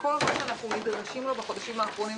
שכל מה שאנחנו נדרשים לו בחודשים האחרונים,